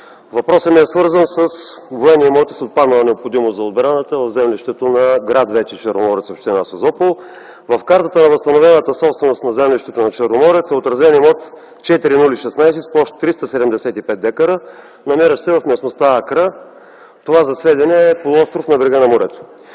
Въпросът ми е свързан с военни имоти с отпаднала необходимост за отбраната в землището на гр. Черноморец, община Созопол. В картата на възстановената собственост на землището на Черноморец е отразен имот № 000016, с площ 375 дка. Намира се в местността „Акра”. Това, за сведение, е полуостров на брега на морето.